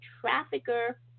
trafficker